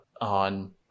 on